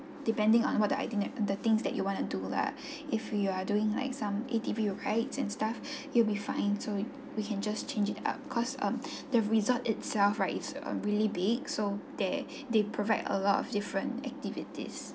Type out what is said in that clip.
depending on what the itine~ the things that you want to do lah if you are doing like some A_T_V rides and stuff you'll be fine so we can just change it up cause um the resort itself right its a really big so they they provide a lot of different activities